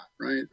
right